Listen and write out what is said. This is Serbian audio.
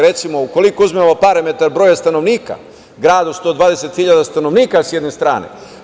Recimo, u koliko uzmemo parametar broja stanovnika, gradu od 120 hiljada stanovnika, sa jedne strane.